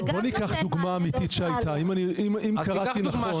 בוא ניקח דוגמה אמיתית שהייתה, אם קראתי נכון.